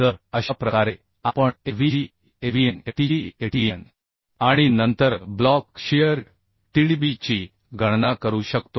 तर अशा प्रकारे आपण Avg Avn ATG ATN आणि नंतर ब्लॉक शियर TDB ची गणना करू शकतो